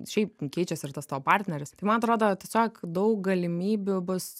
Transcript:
šiaip keičiasi ir tas tavo partneris tai man atrodo tiesiog daug galimybių bus